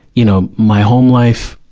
you know, my home life,